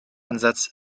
ansatz